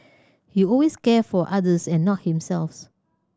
he always cares for others and not himself